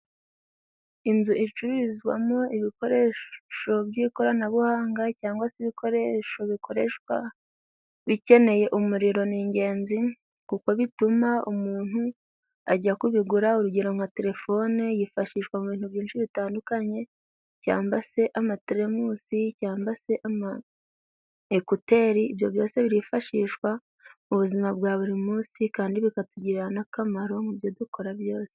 Inzu icururizwamo ibikoresho by'ikoranabuhanga cyangwa se ibikoresho bikoreshwa bikeneye umuriro ni ingenzi kuko bituma umuntu ajya kubigura, urugero nka telefone yifashishwa mu bintu byinshi bitandukanye cyangwa se amatelemosi cyangwa se ama ekuteri ibyo byose byifashishwa mu buzima bwa buri munsi kandi bikatugirira nakamaro mu byo dukora byose.